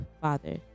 Father